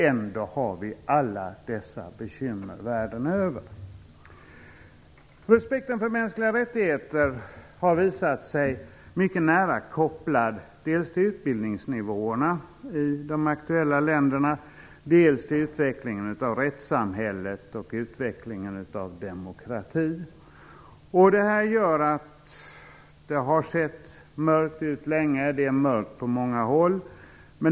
Ändå har vi alla dessa bekymmer världen över. Respekten för mänskliga rättigheter har visat sig var mycket nära kopplad dels till utbildningsnivåerna i de aktuella länderna, dels till utvecklingen av rättsamhället och utvecklingen av demokratin. Det gör att det har sätt mörkt ut länge, och det är mörkt på många håll.